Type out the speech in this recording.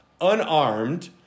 unarmed